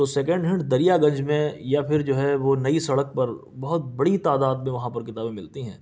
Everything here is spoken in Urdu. تو سیکنڈ ہینڈ دریا گنج میں یا پھر جو ہے وہ نئی سڑک پر بہت بڑی تعداد میں وہاں پر کتابیں ملتی ہیں